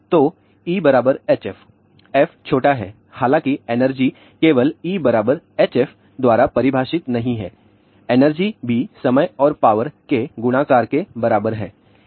तो E hf f छोटा है हालाँकि एनर्जी केवल E hf द्वारा परिभाषित नहीं है एनर्जी भी समय और पावर के गुणाकार के बराबर है